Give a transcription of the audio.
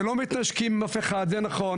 ולא מתנשקים עם אף אחד, זה נכון.